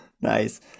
Nice